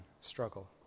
struggle